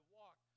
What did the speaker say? walk